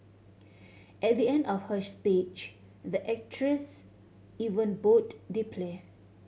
at the end of her speech the actress even bowed deeply